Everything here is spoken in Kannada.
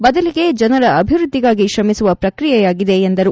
ಬದಲಿಗೆ ಜನರ ಅಭಿವೃದ್ದಿಗಾಗಿ ಶ್ರಮಿಸುವ ಪ್ರಕ್ರಿಯೆಯಾಗಿದೆ ಎಂದರು